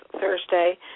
Thursday